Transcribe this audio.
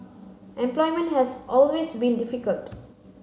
employment has always been difficult